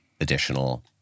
additional